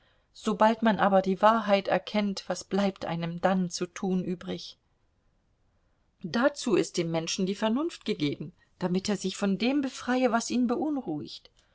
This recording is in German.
sobald man aber die wahrheit erkennt was bleibt einem dann zu tun übrig dazu ist dem menschen die vernunft gegeben damit er sich von dem befreie was ihn beunruhigt